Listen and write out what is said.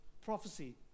prophecy